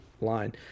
line